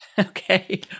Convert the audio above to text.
Okay